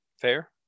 Fair